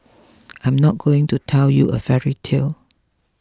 I am not going to tell you a fairy tale